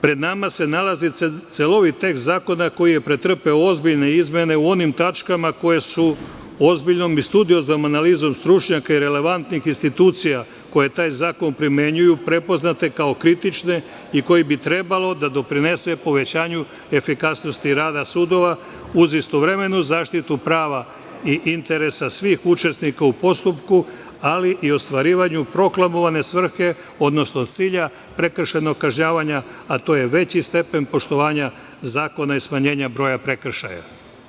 Pred nama se nalazi celovit tekst zakona koji je pretrpeo ozbiljne izmene u onim tačkama koje su ozbiljnom i studioznom analizom stručnjaka i relevantnih institucija, koje taj zakon primenjuju prepoznate kao kritične, i koji bi trebalo da doprinese povećanju efikasnosti rada sudova uz istovremenu zaštitu prava i interesa svih učesnika u postupku, ali i ostvarivanju proklamovane svrhe, odnosno cilja prekršajnog kažnjavanja, a to je veći stepen poštovanja zakona i smanjenje broja prekršaja.